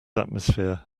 atmosphere